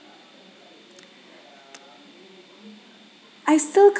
I still can't